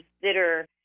consider